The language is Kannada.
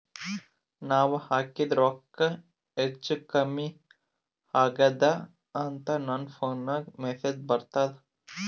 ನಾವ ಹಾಕಿದ ರೊಕ್ಕ ಹೆಚ್ಚು, ಕಮ್ಮಿ ಆಗೆದ ಅಂತ ನನ ಫೋನಿಗ ಮೆಸೇಜ್ ಬರ್ತದ?